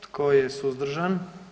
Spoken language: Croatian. Tko je suzdržan?